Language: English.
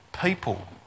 people